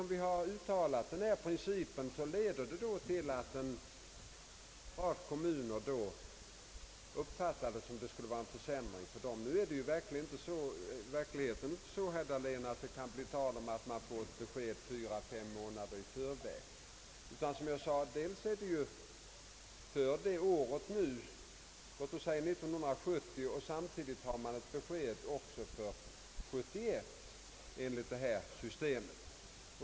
Den av oss uttalade principen leder till att en rad kommuner tror att det blir en försämring för dem. I verkligheten är det inte så, herr Dahlén, att man kan få besked fyra, fem månader i förväg. Enligt detta system får man besked för år 1970 men samtidigt också för år 1971.